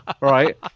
right